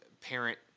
parent